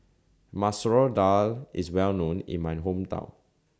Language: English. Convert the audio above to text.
Masoor Dal IS Well known in My Hometown